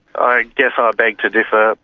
i guess i beg to differ.